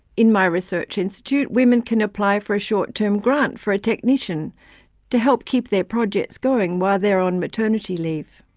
in my research institute, women can apply for a short-term grant for a technician to help keep their projects going while they are on maternity leave.